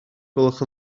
gwelwch